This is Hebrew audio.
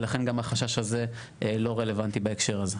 ולכן גם החשש הזה לא רלוונטי בהקשר הזה.